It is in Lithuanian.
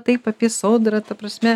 taip apie sodrą ta prasme